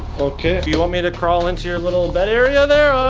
okay you want me to crawl into your little bed area there?